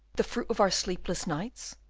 the fruit of our sleepless nights,